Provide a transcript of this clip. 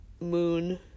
moon